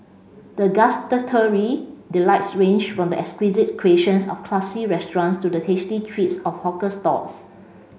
the gustatory delights range from the exquisite creations of classy restaurants to the tasty treats of hawker stalls